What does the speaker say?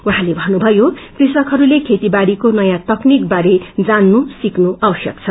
उहाँले पञ्चमयो कृषकहरूले खेतीबारीको नयाँ तकनिक बारे जान्नु सिक्नु आवश्यक छ